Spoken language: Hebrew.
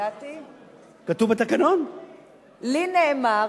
לי נאמר,